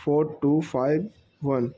four two five one